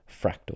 Fractal